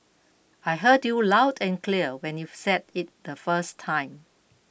I heard you loud and clear when you've said it the first time